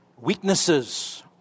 weaknesses